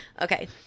Okay